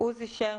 עוזי שר,